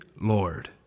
Lord